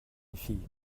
fille